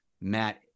Matt